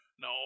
No